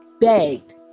begged